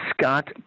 Scott